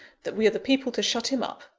that we are the people to shut him up,